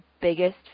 biggest